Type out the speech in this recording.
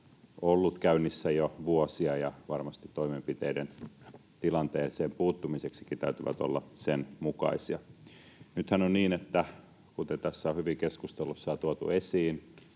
ollut käynnissä jo vuosia, ja varmasti toimenpiteiden tilanteeseen puuttumiseksi täytyy olla sen mukaisia. Nythän on niin, että kuten tässä on hyvin keskustelussa jo tuotu esiin,